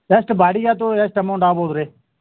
ಎಷ್ಟು ಬಾಡಿಗೆ ಅಥ್ವ ಎಷ್ಟು ಅಮೌಂಟ್ ಆಗ್ಬೋದು ರೀ